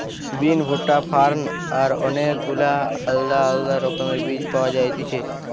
বিন, ভুট্টা, ফার্ন আর অনেক গুলা আলদা আলদা রকমের বীজ পাওয়া যায়তিছে